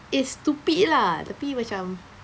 it's stupid lah tapi macam